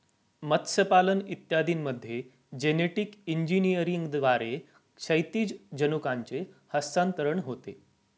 मत्स्यपालन इत्यादींमध्ये जेनेटिक इंजिनिअरिंगद्वारे क्षैतिज जनुकांचे हस्तांतरण होते